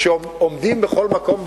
כשעומדים בכל מקום בעולם,